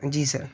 جی سر